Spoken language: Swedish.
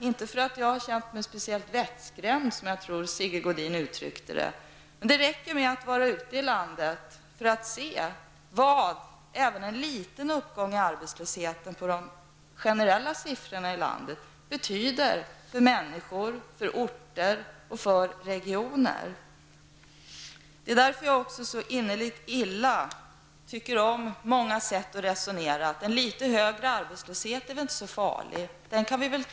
Inte för att jag har känt mig speciellt vettskrämd, som jag tror att Sigge Godin uttryckte det, men det räcker med att vara ute i landet för att se vad även en liten uppgång i de generella siffrorna för arbetslösheten i landet betyder för människor, för orter och för regioner. Det är därför jag tycker så innerligt illa om mångas sätt att resonera, att en litet högre arbetslöshet är väl inte så farligt, utan den kan vi tåla.